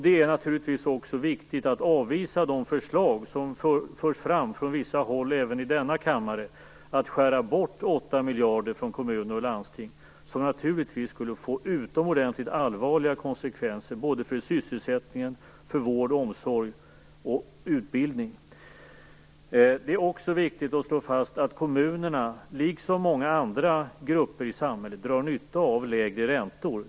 Det är naturligtvis också viktigt att avvisa de förslag som förs fram från vissa håll, även i denna kammare, om att skära bort 8 miljarder från kommuner och landsting, vilket naturligtvis skulle få utomordentligt allvarliga konsekvenser för sysselsättningen, vården, omsorgen och utbildningen. Det är också viktigt att slå fast att kommunerna, liksom många andra grupper i samhället, drar nytta av lägre räntor.